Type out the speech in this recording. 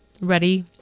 ready